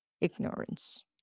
ignorance